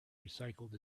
recycled